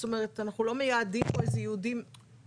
זאת אומרת אנחנו לא מייעדים פה איזה ייעודים חדשים,